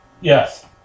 Yes